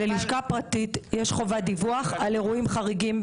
ללשכה פרטית יש חובת דיווח על אירועים חריגים,